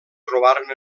trobaren